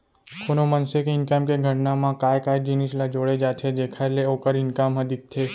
कोनो मनसे के इनकम के गणना म काय काय जिनिस ल जोड़े जाथे जेखर ले ओखर इनकम ह दिखथे?